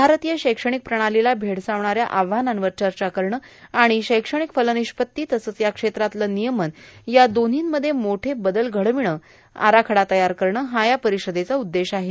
भारतीय शैक्ष्माणक प्रणालोला भेडसावणाऱ्या आव्हानांवर चचा करणं आणण शैक्ष्माणक फर्लानष्पत्ती तसंच या क्षेत्रातलं र्नियमन या दोर्न्हांमध्ये मोठे बदल घडवीणं आराखडा तयार करणं हा या र्पारषदेचा उद्देश आहे